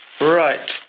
Right